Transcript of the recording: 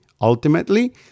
ultimately